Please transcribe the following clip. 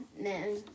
man